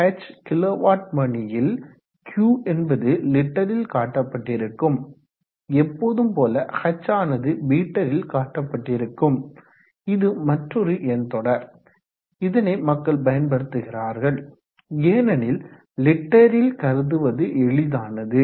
Qxh kilo watt மணியில் Q என்பது லிட்டரில் காட்டப்பட்டிருக்கும் எப்போதும் போல h ஆனது மீட்டரில் காட்டப்பட்டிருக்கும் இது மற்றோரு எண்தொடர் இதனை மக்கள் பயன்படுத்துகிறார்கள் ஏனேனில் லிட்டரில் கருதுவது ஏளிதானது